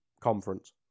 conference